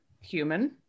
human